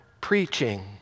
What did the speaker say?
preaching